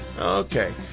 okay